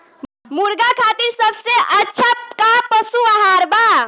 मुर्गा खातिर सबसे अच्छा का पशु आहार बा?